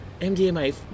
MDMA